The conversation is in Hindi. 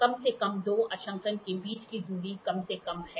कम से कम दो अंशांकन के बीच की दूरी कम से कम है